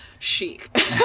chic